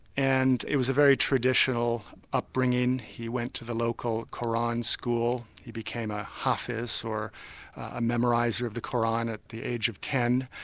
and it was a very traditional upbringing. he went to the local qur'an school, he became a hafiz or a memoriser of the qur'an at the age of ten,